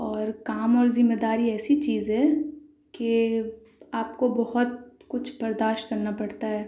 اور کام اور ذمہ داری ایسی چیز ہے کہ آپ کو بہت کچھ برداشت کرنا پڑتا ہے